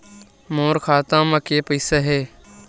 मोर खाता म के पईसा हे?